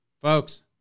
Folks